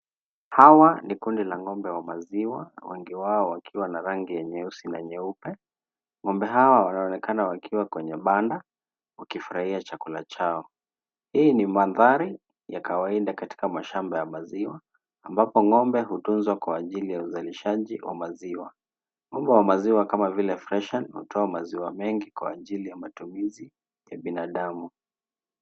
Hawa ni kundi la ng’ombe wa maziwa, wengi wao wakiwa na rangi ya nyeusi na nyeupe. Ng’ombe hawa walionekana wakiwa kwenye banda, wakifurahia chakula chao. Hii ni mandhari ya kawaida katika mashamba ya maziwa. Ambapo ng’ombe hutunzwa kwa ajili ya uzalishaji wa maziwa. Ng’ombe wa maziwa kama vile Freshan, hutoa maziwa mengi kwa ajili ya matumizi ya binadamu.